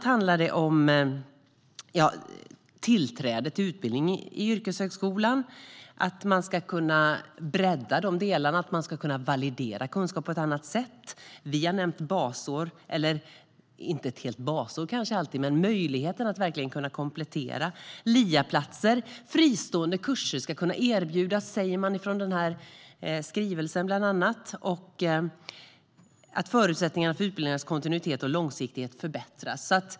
Det handlar bland annat om tillträde till utbildningen i yrkeshögskolan och att man ska kunna bredda de delarna och kunna validera kunskap på ett annat sätt. Vi har nämnt basår - det behöver inte alltid vara ett helt basår - men möjligheten att verkligen kunna komplettera ska finnas. Det handlar även om LIA-platser. Fristående kurser ska kunna erbjudas, säger man bland annat i den här skrivelsen, och förutsättningarna för utbildningarnas kontinuitet och långsiktighet ska förbättras.